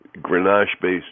Grenache-based